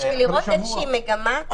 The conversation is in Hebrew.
כדי לראות איזושהי מגמה,